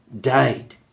died